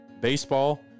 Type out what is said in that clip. baseball